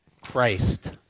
Christ